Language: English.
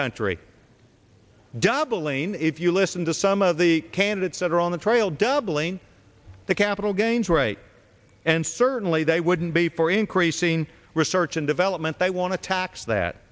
country doubling if you listen to some of the candidates that are on the trail doubling the capital gains rate and certainly they wouldn't be for increasing research and development they want to tax that